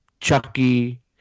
Chucky